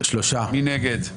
מי נגד?